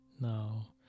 Now